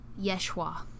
Yeshua